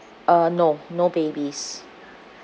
uh no no babies